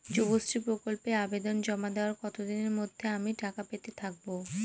যুবশ্রী প্রকল্পে আবেদন জমা দেওয়ার কতদিনের মধ্যে আমি টাকা পেতে থাকব?